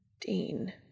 Dean